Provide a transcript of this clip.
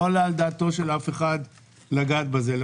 לא עלה על דעתו של אף אחד לגעת בזה.